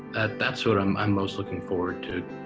and that's what um i'm most looking forward to,